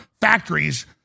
factories